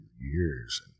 years